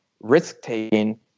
risk-taking